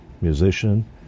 musician